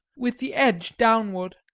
with the edge downward,